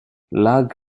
lug